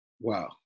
Wow